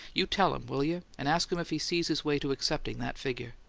you tell him, will you, and ask him if he sees his way to accepting that figure?